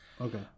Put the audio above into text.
Okay